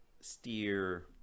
steer